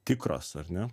tikros ar ne